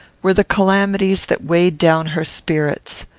were the calamities that weighed down her spirits.